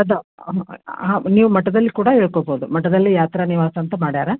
ಅದ ಹಾಂ ಹಾಂ ನೀವು ಮಟ್ಟದಲ್ಲಿ ಕೂಡ ಇಳ್ಕೊಳ್ಬಹುದು ಮಠದಲ್ಲಿ ಯಾತ್ರಾ ನಿವಾಸ ಅಂತ ಮಾಡ್ಯಾರ